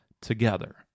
together